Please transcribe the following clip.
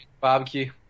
barbecue